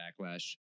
backlash